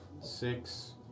Six